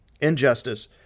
injustice